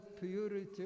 purity